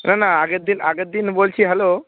না না আগের দিন আগের দিন বলছি হ্যালো